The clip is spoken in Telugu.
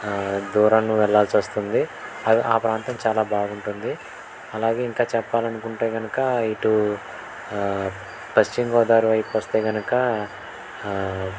దూరాన వెళ్ళాల్సి వస్తుంది అది ఆ ప్రాంతం చాలా బాగుంటుంది అలాగే ఇంకా చెప్పాలనుకుంటే కనుక ఇటు పశ్చిమ గోదావరి వైపొస్తే కనుక